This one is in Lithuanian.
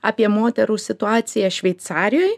apie moterų situaciją šveicarijoj